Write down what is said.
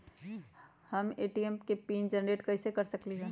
हम ए.टी.एम के PIN generate कईसे कर सकली ह?